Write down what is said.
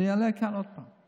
זה יעלה כאן עוד פעם.